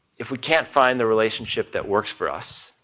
if we can't find the relationship that works for us,